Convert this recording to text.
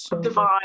Divine